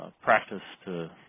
practice to